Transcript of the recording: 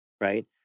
Right